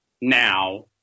now